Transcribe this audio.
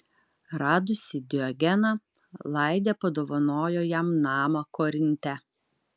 radusi diogeną laidė padovanojo jam namą korinte